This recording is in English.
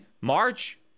March